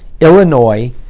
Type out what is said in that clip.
Illinois